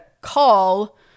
call